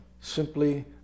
simply